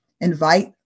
Invite